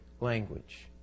language